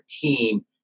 team